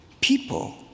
people